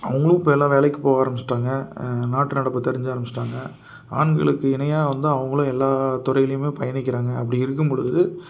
அவங்களும் இப்போ எல்லாம் வேலைக்கு போக ஆரமிச்சிவிட்டாங்க நாட்டு நடப்பு தெரிஞ்சிக்க ஆரமிச்சிவிட்டாங்க ஆண்களுக்கு இணையாக வந்து அவங்களும் எல்லாம் துறையலுமே பயணிக்கறாங்க அப்படி இருக்கும் பொழுது